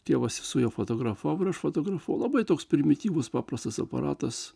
tėvas su juo fotografavo ir aš fotografavau labai toks primityvus paprastas aparatas